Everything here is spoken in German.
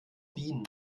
bienen